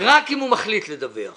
רק אם הוא מחליט לדווח